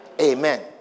Amen